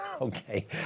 Okay